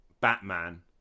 Batman